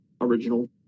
original